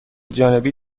جانبی